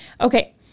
Okay